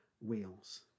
wheels